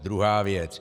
Druhá věc.